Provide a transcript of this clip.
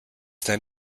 then